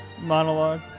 monologue